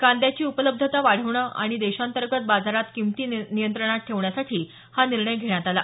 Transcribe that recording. कांद्याची उपलब्धता वाढवणं आणि देशांतर्गत बाजारात किमती नियंत्रणात ठेवण्यासाठी हा निर्णय घेण्यात आला